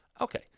Okay